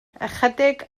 ychydig